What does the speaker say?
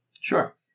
Sure